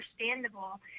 understandable